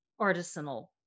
artisanal